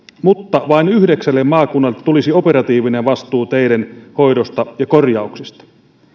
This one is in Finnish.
mutta vain yhdeksälle maakunnalle tulisi operatiivinen vastuu teiden hoidosta ja korjauksista